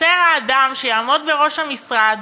חסר האדם שיעמוד בראש המשרד